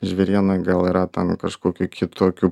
žvėriena gal yra ten kažkokių kitokių